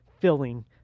filling